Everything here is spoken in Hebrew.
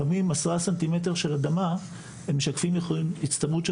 לפעמים עשרה סנטימטרים של אדמה הם משקפים הצטברות של